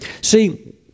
See